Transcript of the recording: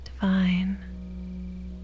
divine